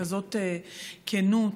בכזאת כנות,